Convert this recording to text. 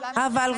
וכולם --- אבל,